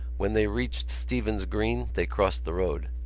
when they reached stephen's green they crossed the road.